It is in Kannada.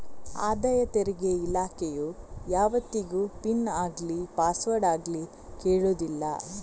ಆದಾಯ ತೆರಿಗೆ ಇಲಾಖೆಯು ಯಾವತ್ತಿಗೂ ಪಿನ್ ಆಗ್ಲಿ ಪಾಸ್ವರ್ಡ್ ಆಗ್ಲಿ ಕೇಳುದಿಲ್ಲ